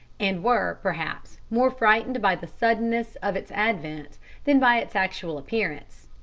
and were, perhaps, more frightened by the suddenness of its advent than by its actual appearance.